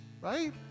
right